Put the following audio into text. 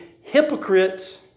hypocrites